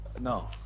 No